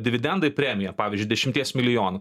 dividendai premija pavyzdžiui dešimties milijonų